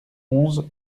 onze